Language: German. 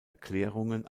erklärungen